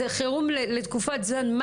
החירום זה לתקופת זמן?